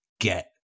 get